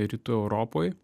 rytų europoj